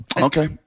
Okay